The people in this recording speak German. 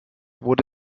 wurde